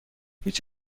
هیچ